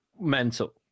mental